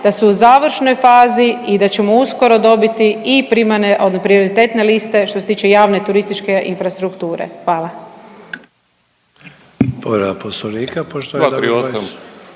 da su u završnoj fazi i da ćemo uskoro dobiti i primarne prioritetne liste što se tiče javne turističke infrastrukture. Hvala.